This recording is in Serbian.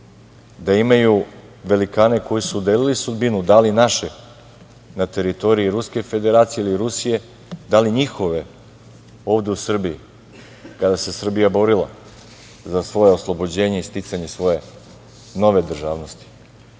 da imaju velikane koji su delili sudbinu, da li naše na teritoriji Ruske Federacije ili Rusije, da li njihove ovde u Srbiji kada se Srbija borila za svoje oslobođenje i sticanje svoje nove državnosti.